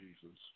Jesus